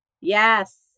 Yes